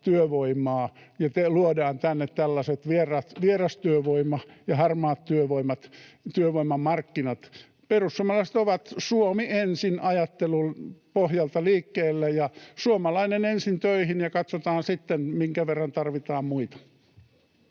ja luodaan tänne tällaiset vierastyövoima‑ ja harmaat työvoimamarkkinat. Perussuomalaiset ovat Suomi ensin ‑ajattelun pohjalta liikkeellä: suomalainen ensin töihin, ja katsotaan sitten, minkä verran tarvitaan muita.